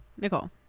Nicole